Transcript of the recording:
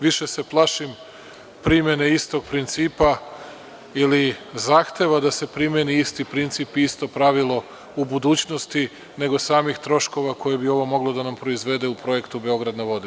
Više se plašim primene istog principa ili zahteva da se primeni isti princip, isto pravilo u budućnosti, nego samih troškova koje bi ovo moglo da nam proizvede u projektu „Beograd na vodi“